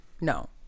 No